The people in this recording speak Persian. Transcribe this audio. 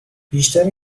بیشتر